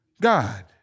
God